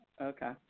Okay